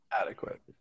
Adequate